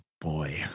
boy